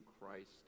Christ